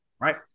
right